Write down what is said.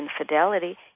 infidelity